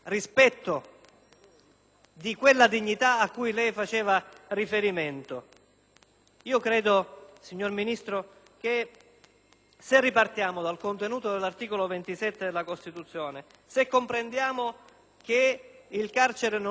di quella dignità a cui lei faceva riferimento. Io credo, signor Ministro, che dovremmo ripartire dal contenuto dell'articolo 27 della Costituzione, e comprendere che il carcere non è una vendetta